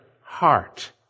heart